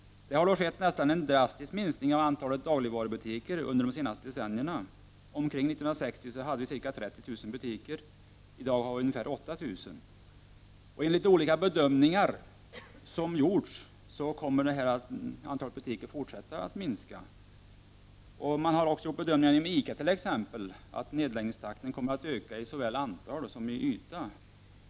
Det har skett en drastisk minskning av antalet dagligvarubutiker under de senaste decennierna. I början av 60-talet hade vi ca 30 000 butiker, i dag har vi ungefär 8000. Enligt olika bedömningar som har gjorts kommer antalet butiker att fortsätta att minska. Man har även gjort bedömningar när det gäller ICA och därvid funnit att nedläggningstakten kommer att öka, både när det gäller antal och yta.